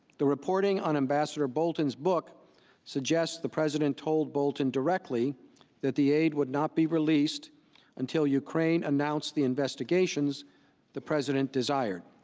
the reporting on ambassador bolton's book suggests the president told bolton directly the aid would not be released until ukraine announced the investigations the president desired.